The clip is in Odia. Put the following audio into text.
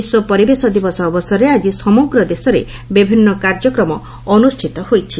ବିଶ୍ୱ ପରିବେଶ ଦିବସ ଅବସରରେ ଆଜି ସମଗ୍ର ଦେଶରେ ବିଭିନ୍ନ କାର୍ଯ୍ୟକ୍ରମ ଅନୁଷ୍ଠିତ ହେଉଛି